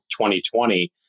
2020